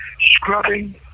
scrubbing